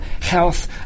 health